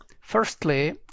Firstly